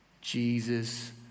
Jesus